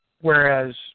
Whereas